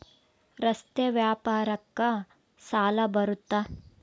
ರಸ್ತೆ ವ್ಯಾಪಾರಕ್ಕ ಸಾಲ ಬರುತ್ತಾ?